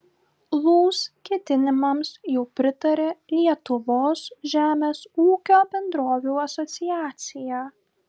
lūs ketinimams jau pritarė lietuvos žemės ūkio bendrovių asociacija